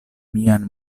mian